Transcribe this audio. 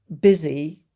busy